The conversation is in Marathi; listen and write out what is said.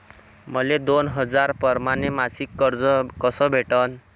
मले दोन हजार परमाने मासिक कर्ज कस भेटन?